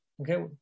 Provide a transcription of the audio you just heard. Okay